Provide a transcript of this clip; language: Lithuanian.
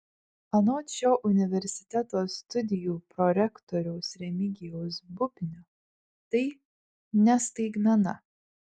anot šio universiteto studijų prorektoriaus remigijaus bubnio tai ne staigmena